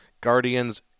guardians